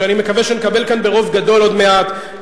שאני מקווה שנקבל כאן ברוב גדול עוד מעט,